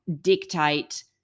dictate